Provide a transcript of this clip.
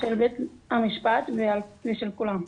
של בית המשפט ושל כולם.